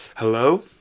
Hello